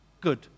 good